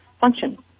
function